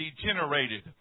degenerated